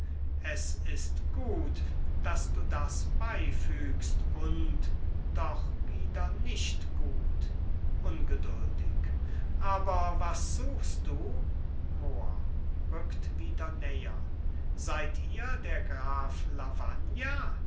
es ist gut daß du das beifügst und doch wieder nicht gut ungeduldig aber was suchst du mohr rückt wieder näher seid ihr der graf lavagna